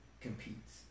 competes